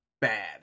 bad